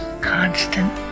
constant